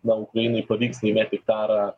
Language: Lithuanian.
na ukrainai pavykslaimėti karą